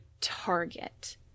target